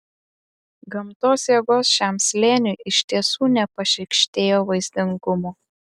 gamtos jėgos šiam slėniui iš tiesų nepašykštėjo vaizdingumo